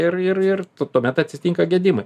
ir ir ir tuomet atsitinka gedimai